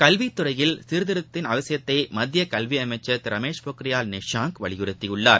கல்வித்துறையில் சீர்திருத்தத்தின் அவசியத்தை மத்திய கல்வி அமைச்சர் திரு ரமேஷ் பொக்ரியால் நிஷாங்க் வலியுறுத்தியுள்ளார்